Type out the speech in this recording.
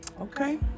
Okay